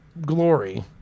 glory